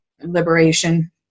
liberation